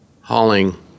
hauling